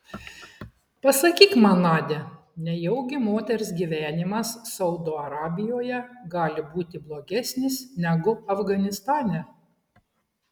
pasakyk man nadia nejaugi moters gyvenimas saudo arabijoje gali būti blogesnis negu afganistane